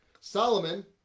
Solomon